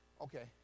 Okay